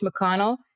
McConnell